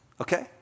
Okay